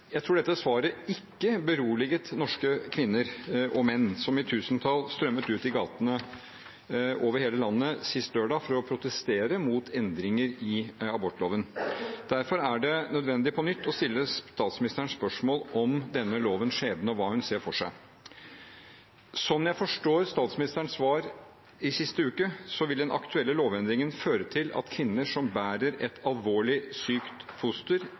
Jeg tror ikke dette svaret beroliget norske kvinner og menn som i tusentall strømmet ut i gatene over hele landet sist lørdag for å protestere mot endringer i abortloven. Derfor er det nødvendig på nytt å stille statsministeren spørsmål om denne lovens skjebne og hva hun ser for seg. Sånn jeg forstår statsministerens svar sist uke, vil den aktuelle lovendringen føre til at kvinner som bærer et alvorlig sykt foster,